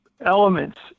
elements